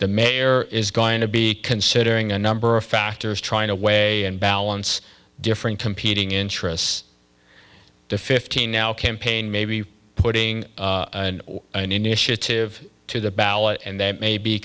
the mayor is going to be considering a number of factors trying to weigh and balance different competing interests to fifteen now campaign maybe putting an initiative to the ballot and that may be